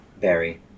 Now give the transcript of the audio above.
Barry